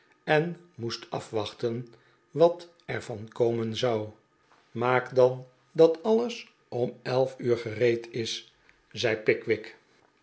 en moest afwachten wat er van komen zou maak dan dat alles om elf uur gereed is zei pickwick